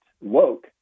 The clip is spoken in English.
woke